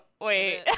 wait